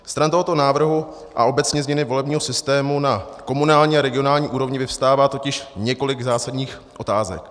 Stran tohoto návrhu a obecně změny volebního systému na komunální a regionální úrovni vyvstává totiž několik zásadních otázek.